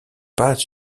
pas